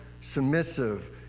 submissive